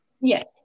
yes